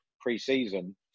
pre-season